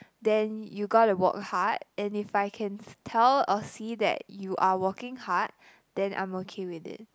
then you gotta work hard and if I can tell or see that you are working hard then I'm okay with it